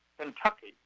Kentucky